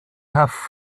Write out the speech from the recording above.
have